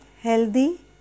healthy